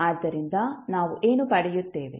ಆದ್ದರಿಂದ ನಾವು ಏನು ಪಡೆಯುತ್ತೇವೆ